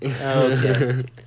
okay